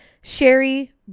Sherry